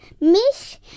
Miss